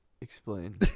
Explain